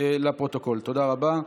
תודה רבה.